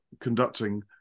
conducting